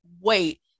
wait